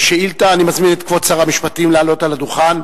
אני מזמין את כבוד שר המשפטים לעלות על הדוכן.